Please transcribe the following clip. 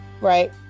right